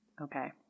Okay